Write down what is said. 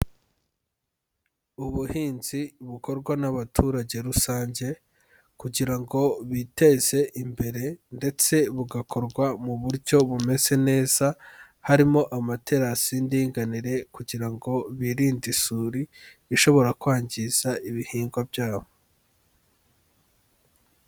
Ubuhinzi bukorwa n'abaturage rusange kugira ngo biteze imbere ndetse bugakorwa mu buryo bumeze neza, harimo amaterasi y'indinganire kugira ngo birinde isuri ishobora kwangiza ibihingwa byabo.